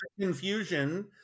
confusion